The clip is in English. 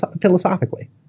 philosophically